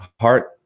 heart